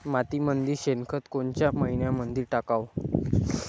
मातीमंदी शेणखत कोनच्या मइन्यामंधी टाकाव?